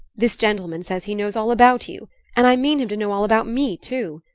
this gentleman says he knows all about you and i mean him to know all about me too.